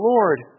Lord